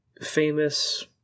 famous